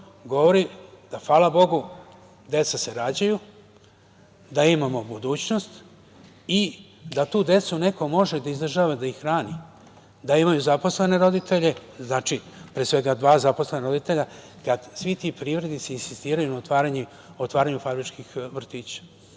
Govori da se deca rađaju, da imamo budućnost i da tu decu neko može da izdržava, da ih hrani, da imaju zaposlene roditelje, dva zaposlena roditelja. Kad svi ti privrednici insistiraju na otvaranju fabričkih vrtića,